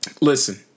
Listen